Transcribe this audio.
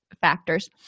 factors